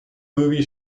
movie